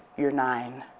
you're nine.